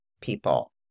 people